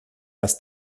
dass